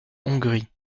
hongrie